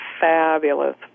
fabulous